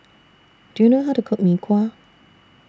Do YOU know How to Cook Mee Kuah